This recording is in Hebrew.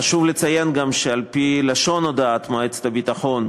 חשוב לציין גם שעל-פי לשון הודעת מועצת הביטחון,